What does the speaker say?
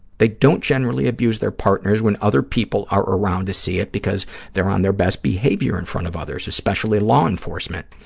they don't generally abuse their partners when other people are around to see it because they're on their best behavior in front of others, especially law enforcement.